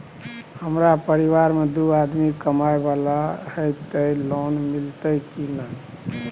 हमरा परिवार में दू आदमी कमाए वाला हे ते लोन मिलते की ने?